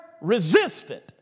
resistant